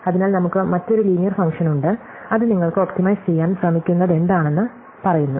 അതിനാൽ നമുക്ക് മറ്റൊരു ലീനിയർ ഫംഗ്ഷൻ ഉണ്ട് അത് നിങ്ങൾ ഒപ്റ്റിമൈസ് ചെയ്യാൻ ശ്രമിക്കുന്നതെന്താണെന്ന് പറയുന്നു